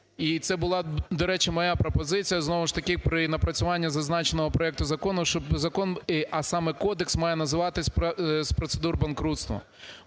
І це була, до речі, моя пропозиція, знову ж таки при напрацюванні зазначеного проекту закону, щоб закон, а саме Кодекс має називатись з процедур банкрутства.